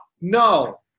No